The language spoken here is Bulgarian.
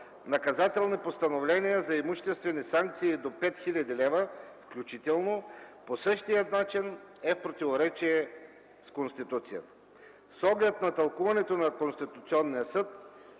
наказателни постановления за имуществени санкции до 5 хил. лв. включително по същия начин е в противоречие с Конституцията. С оглед тълкуването на Конституционния съд,